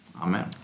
Amen